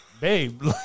babe